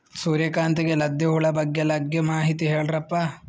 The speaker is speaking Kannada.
ಸೂರ್ಯಕಾಂತಿಗೆ ಲದ್ದಿ ಹುಳ ಲಗ್ಗೆ ಬಗ್ಗೆ ಮಾಹಿತಿ ಹೇಳರಪ್ಪ?